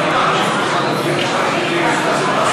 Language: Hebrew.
וסגניו וכהונתם) (תיקון,